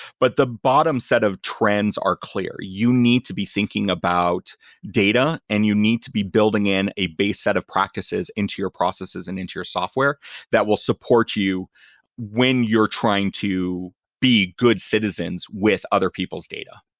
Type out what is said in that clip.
but the bottom set of trends are clear. you need to be thinking about data and you need to be building in a base set of practices into your processes and into your software that will support you when you're trying to be good citizens with other people's data.